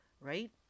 right